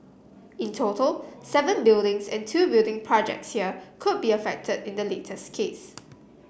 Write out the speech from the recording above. in total seven buildings and two building projects here could be affect in the latest case